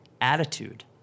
attitude